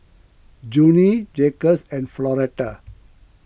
Junie Jaquez and Floretta